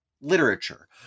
literature